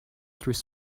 through